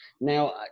now